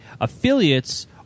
affiliates